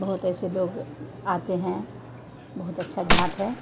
बहुत ऐसे लोग आते हैं बहुत अच्छा घाट है